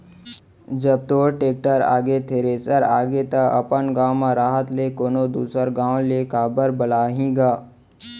जब तोर टेक्टर आगे, थेरेसर आगे त अपन गॉंव म रहत ले कोनों दूसर गॉंव ले काबर बलाही गा?